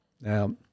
Now